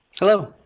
Hello